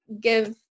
give